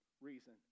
reason